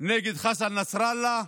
נגד חסן נסראללה,